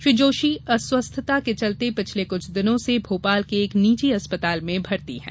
श्री जोशी अस्वस्थता के चलते पिछले कुछ दिनों से भोपाल के एक निजी अस्पताल में भर्ती हैं